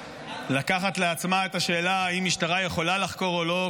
לקחת לעצמה את השאלה אם משטרה יכולה לחקור או לא.